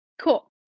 Cool